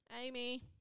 Amy